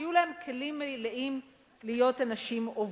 ושיהיו להם כלים מלאים להיות אנשים עובדים.